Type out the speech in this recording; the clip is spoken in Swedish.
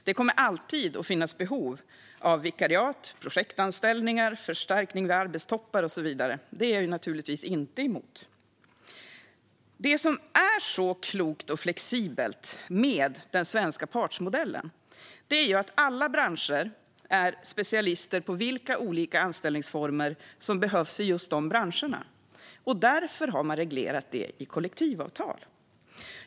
Det kommer alltid att finnas behov av vikariat, projektanställningar, förstärkning vid arbetstoppar och så vidare. Det är jag naturligtvis inte emot. Det som är så klokt och flexibelt med den svenska partsmodellen är att alla branscher är specialister på vilka olika anställningsformer som behövs hos just dem och därför har reglerat det i kollektivavtal.